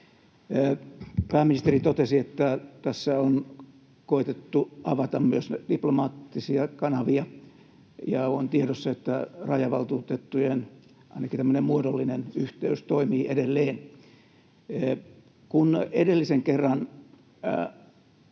Pääministeri totesi, että tässä on koetettu avata myös diplomaattisia kanavia ja on tiedossa, että rajavaltuutettujen ainakin tämmöinen muodollinen yhteys toimii edelleen. Kun edellisen kerran,